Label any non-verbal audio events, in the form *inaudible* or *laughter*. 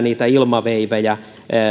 *unintelligible* niitä ilmaveivejä